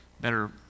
Better